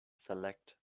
select